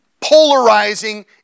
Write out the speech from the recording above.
polarizing